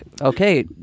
Okay